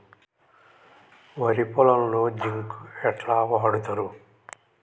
వరి పొలంలో జింక్ ఎట్లా వాడుతరు?